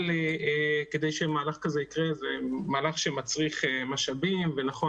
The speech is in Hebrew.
אבל כדי שמהלך כזה יקרה זה מהלך שמצריך משאבים ונכון